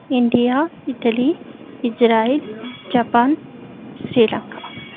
India Italy Israel Japan Sri Lanka